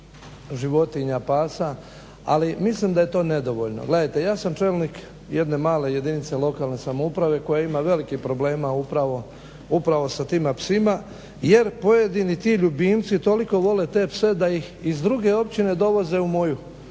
životinja pasa, ali mislim da je to nedovoljno. Gledajte ja sam čelnik jedne male jedinice lokalne samouprave koja ima velikih problema upravo sa tima psima, jer pojedini ti ljubimci toliko vole te pse da ih iz druge općine dovoze u moju.